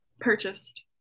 Purchased